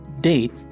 date